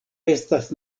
estas